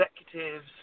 executives